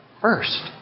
first